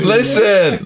Listen